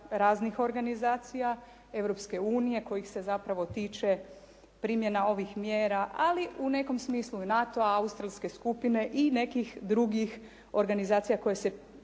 raznih organizacija Europske unije kojih se zapravo tiče primjena ovih mjera, ali u nekom smislu i NATO, Australske skupine i nekih drugih organizacija koje se